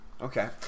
Okay